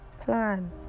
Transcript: plan